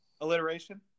Alliteration